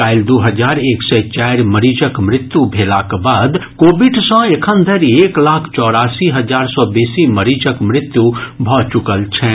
काल्हि दू हजार एक सय चारि मरीजक मृत्यू भेलाक बाद कोविड सँ एखन धरि एक लाख चौरासी हजार सँ बेसी मरीजक मृत्यु भऽ चुकल छनि